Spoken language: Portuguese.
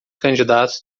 candidatos